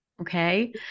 Okay